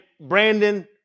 Brandon